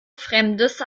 fremdes